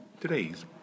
today's